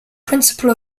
principle